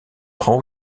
prend